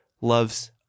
loves